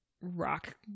rock